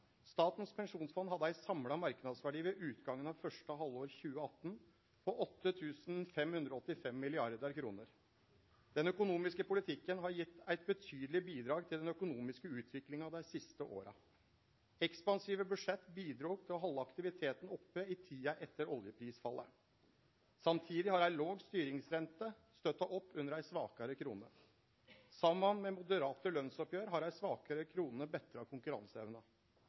Statens pensjonsfond hadde ein samla marknadsverdi ved utgangen av første halvår 2018 på 8 585 mrd. kr. Den økonomiske politikken har gitt eit betydeleg bidrag til den økonomiske utviklinga dei siste åra. Ekspansive budsjett bidrog til å halde aktiviteten oppe i tida etter oljeprisfallet. Samtidig har ei låg styringsrente støtta opp under ei svakare krone. Saman med moderate lønnsoppgjer har ei svakare krone betra konkurranseevna.